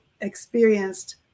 experienced